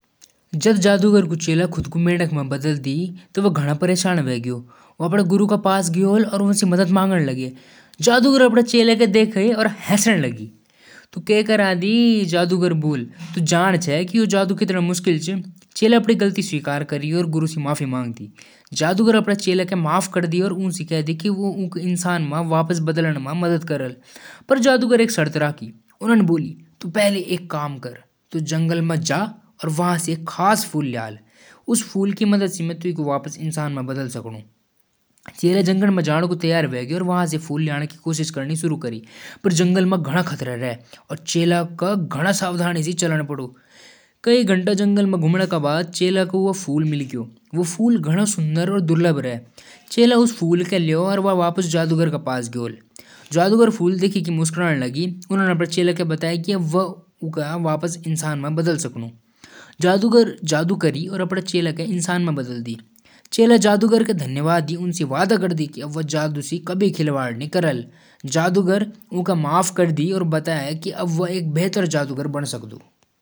तुम समझ क्यों नी चैक रहे? मनै एक बार मना कर दिना त मतलब मना ह्वै। यो बार-बार पूछण स मुन परेशान लगदु। मैंने त सोच दी कि तुम समझदार हो। पर तुम्हें जिद्द करनी ही छै। मने ना करणा होलु, यो आखिरी बात हुइ। अगली बार बात स सीधे टाळि दी जालु। अपणी इज्जत राखण सिखौ, और दूसर क इज्जत भी।